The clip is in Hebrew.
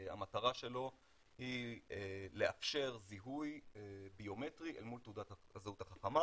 שהמטרה שלו היא לאפשר זיהוי ביומטרי אל מול תעודת הזהות החכמה.